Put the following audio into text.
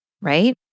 right